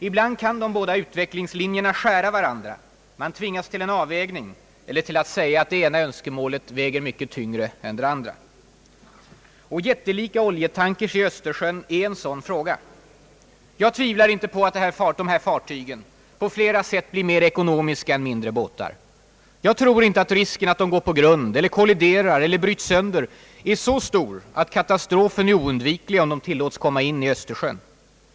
Ibland kan de båda utvecklingslinjerna skära varandra — man tvingas till en avvägning eller till att säga att det ena önskemålet väger mycket tyngre än det andra. Jättelika oljetankers i Östersjön är en sådan fråga. Jag tvivlar inte på att dessa fartyg på flera sätt blir mer ekonomiska är mindre båtar. Jag tror inte att riskerna att de går på grund eller kolliderar eller bryts sönder är så stora att katastrofen är oundviklig om de tillåts komma in i Östersjön.